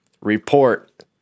report